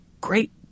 great